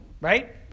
right